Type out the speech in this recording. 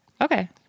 Okay